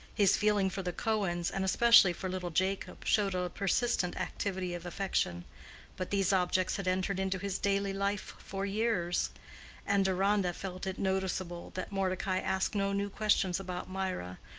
his feeling for the cohens, and especially for little jacob, showed a persistent activity of affection but these objects had entered into his daily life for years and deronda felt it noticeable that mordecai asked no new questions about mirah,